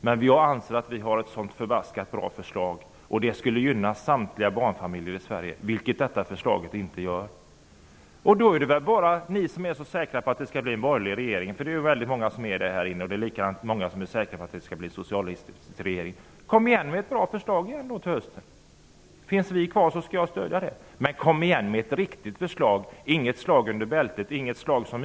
Men jag anser att vi har ett så otroligt bra förslag som skulle gynna samtliga barnfamiljer i Sverige, vilket vårdnadsbidraget inte gör. Ni som är så säkra på att det skall bli en borgerlig regering och ni andra som är så säkra på att det skall bli en socialdemokratisk regering, kom igen med ett bra förslag till hösten! Finns vi kvar skall jag stödja det. Men kom igen med ett riktigt förslag och inget slag i luften!